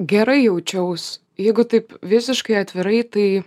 gerai jaučiaus jeigu taip visiškai atvirai tai